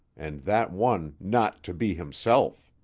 and that one not to be himself.